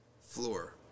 floor